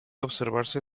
observarse